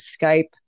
Skype